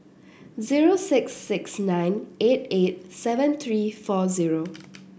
zero six six nine eight eight seven three four zero